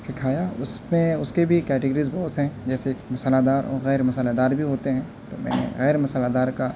اسے کھایا اس میں اس کی بھی کیٹیگریز بہت ہیں جیسے مصالحہ دار اور غیرمصالحہ دار بھی ہوتے ہیں تو میں نے غیرمصالحہ دار کا